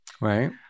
Right